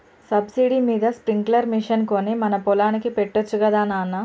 subsidy మీద sprinkler machine కొని మన పొలానికి పెట్టొచ్చు గదా నాన